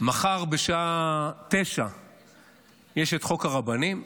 מחר בשעה 09:00 יש את חוק הרבנים,